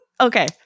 Okay